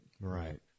Right